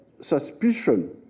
suspicion